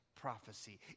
prophecy